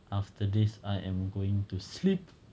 after this I am going to sleep